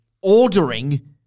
ordering